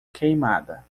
queimada